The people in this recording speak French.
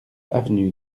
avenue